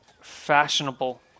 Fashionable